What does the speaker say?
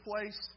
place